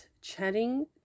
chatting